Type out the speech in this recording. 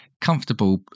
comfortable